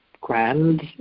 grand